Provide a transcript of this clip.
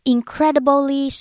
Incredibly